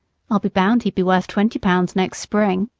i'll be bound he'd be worth twenty pounds next spring.